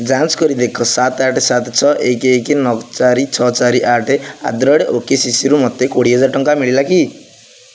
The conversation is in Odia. ଯାଞ୍ଚ କରି ଦେଖ ସାତ ଆଠ ସାତ ଛଅ ଏକ ଏକ ନଅ ଚାରି ଛଅ ଚାରି ଆଠ ଆଟ୍ ଦ ରେଟ୍ ଓକେସିସିରୁ ମୋତେ କୋଡ଼ିଏ ହଜାରେ ଟଙ୍କା ମିଳିଲା କି